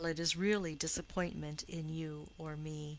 while it is really disappointment in you or me.